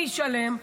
מי ישלם?